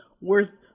worth